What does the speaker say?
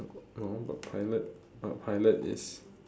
no but pilot but pilot is